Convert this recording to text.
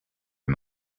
him